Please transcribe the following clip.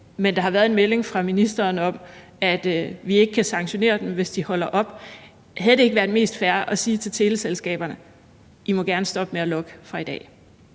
men der har været en melding fra ministeren om, at vi ikke kan sanktionere dem, hvis de holder op. Havde det ikke være mest fair at sige til teleselskaberne: I må gerne stoppe med at logge fra i dag?